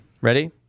Ready